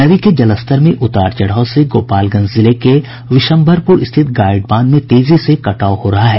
नदी के जलस्तर में उतार चढ़ाव से गोपालगंज जिले के विश्वम्भरपुर स्थित गाईड बांध में तेजी से कटाव हो रहा है